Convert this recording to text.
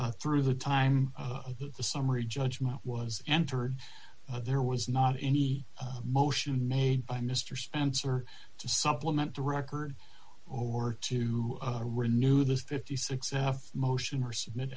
through the time of the summary judgment was entered there was not any motion made by mister spencer to supplement the record or to renew the fifty six f motion or submit